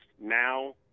now